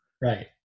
right